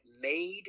made